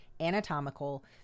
anatomical